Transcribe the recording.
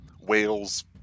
whales